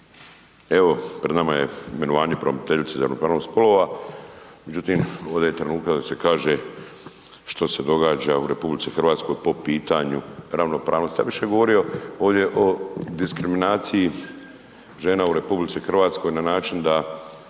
evo pred nama je imenovanje pravobraniteljice za ravnopravnost spolova, međutim, ovdje je trenutak da se kaže što se događa u RH po pitanju ravnopravnosti, ja bi više govorio ovdje o diskriminaciji žena u RH na način da